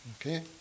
Okay